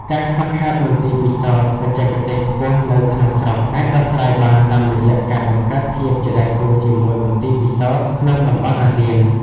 ការខ្វះខាតមន្ទីរពិសោធន៍បច្ចេកទេសខ្ពស់នៅក្នុងស្រុក អាចដោះស្រាយបានតាមរយៈការបង្កើតភាពជាដៃគូជាមួយមន្ទីរពិសោធន៍ក្នុងតំបន់អាស៊ាន។